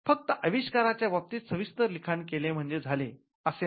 फक्त अविष्कार बाबतीत सविस्तर लिखाण केले म्हणजे झाले असे नाही